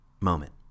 moment